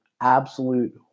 absolute